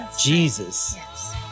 Jesus